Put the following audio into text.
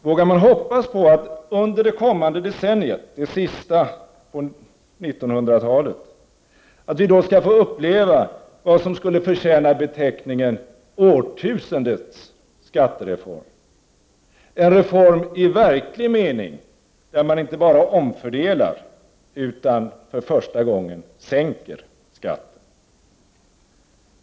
Vågar man hoppas på att under det kommande decenniet, det sista på 1900-talet, få uppleva vad som skulle förtjäna beteckningen årtusendets skattereform, en reform i verklig mening, där man inte bara omfördelar utan för första gången sänker skatten?